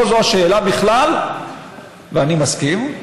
לא זו השאלה בכלל ואני מסכים.